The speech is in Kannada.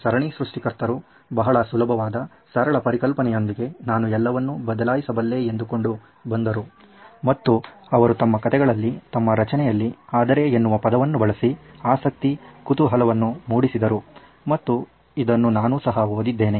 ಈ ಸರಣಿ ಸೃಷ್ಟಿಕರ್ತರು ಬಹಳ ಸುಲಭವಾದ ಸರಳ ಪರಿಕಲ್ಪನೆಯೊಂದಿಗೆ ನಾನು ಎಲ್ಲವನ್ನೂ ಬದಲಾಯಿಸಬಲ್ಲೆ ಎಂದುಕೊಂಡು ಬಂದರು ಮತ್ತು ಅವರು ತಮ್ಮ ಕಥೆಗಳಲ್ಲಿ ತಮ್ಮ ರಚನೆಯಲ್ಲಿ "ಆದರೆ" ಎನ್ನುವ ಪದವನ್ನು ಬಳಸಿ ಆಸಕ್ತಿ ಕುತೂಹಲವನ್ನು ಮೂಡಿಸಿದರು ಮತ್ತು ಇದನ್ನು ನಾನು ಸಹ ಓದಿದ್ದೇನೆ